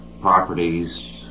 properties